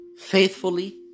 faithfully